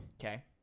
Okay